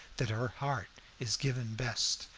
that her heart is given best,